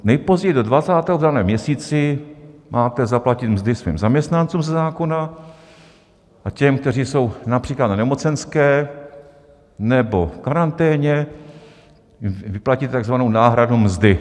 Nejpozději do 20. v daném měsíci máte zaplatit mzdy svým zaměstnancům ze zákona a těm, kteří jsou například na nemocenské nebo v karanténě, vyplatit takzvanou náhradu mzdy.